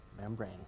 membrane